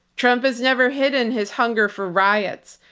trump has never hidden his hunger for riots,